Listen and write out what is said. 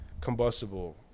combustible